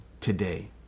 today